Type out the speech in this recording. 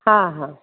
हा हा